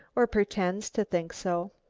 or pretends to think so.